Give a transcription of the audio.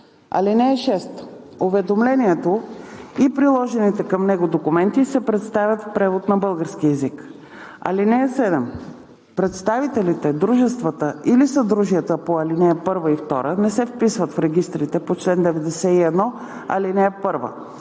им. (6) Уведомлението и приложените към него документи се представят в превод на български език. (7) Представителите, дружествата или съдружията по ал. 1 и 2 не се вписват в регистрите по чл. 91, ал. 1.